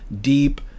deep